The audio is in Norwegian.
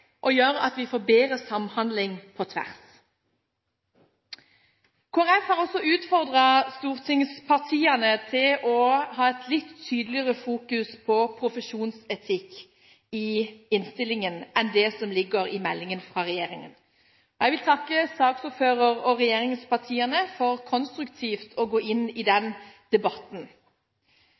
og gjøre at vi får bedre samhandling på tvers. Kristelig Folkeparti har også utfordret stortingspartiene til å ha et litt tydeligere fokus på profesjonsetikk i innstillingen enn det som ligger i meldingen fra regjeringen. Jeg vil takke saksordføreren og regjeringspartiene for konstruktivt å gå inn i den debatten.